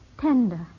tender